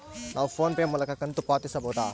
ನಾವು PhonePe ಮೂಲಕ ಕಂತು ಪಾವತಿಸಬಹುದಾ?